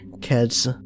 kids